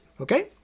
okay